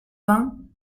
vingt